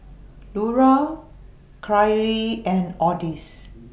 Lura Kyrie and Odis